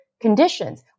conditions